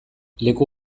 leku